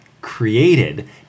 created